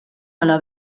ala